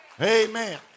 Amen